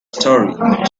story